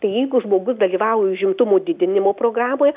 tai jeigu žmogus dalyvauja užimtumo didinimo programoje